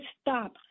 stop